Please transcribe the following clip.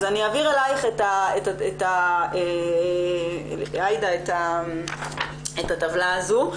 אז אני אעביר לידיך עאידה את הטבלה הזו.